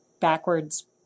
backwards